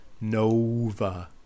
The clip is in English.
Nova